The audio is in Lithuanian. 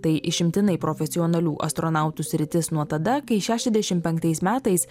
tai išimtinai profesionalių astronautų sritis nuo tada kai šešiasdešimt penktais metais